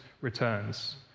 returns